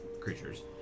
creatures